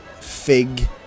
fig